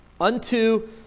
unto